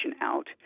out